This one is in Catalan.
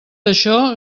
això